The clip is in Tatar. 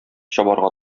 чабарга